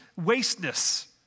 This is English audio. wasteness